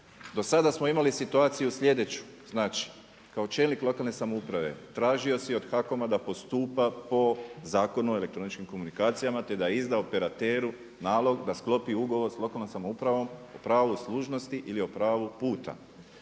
Do sada smo imali situaciju slijedeću. Znači kao čelnik lokalne samouprave, tražio si od HAKOM-a da postupa po Zakonu o elektroničkim komunikacijama te da izda operateru nalog da sklopi ugovor sa lokalnom samoupravom o pravu služnosti ili o pravu puta.